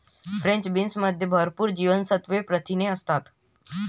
French बीन्समध्ये भरपूर जीवनसत्त्वे, प्रथिने असतात